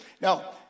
Now